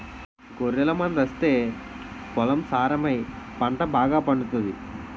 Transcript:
గొర్రెల మందాస్తే పొలం సారమై పంట బాగాపండుతాది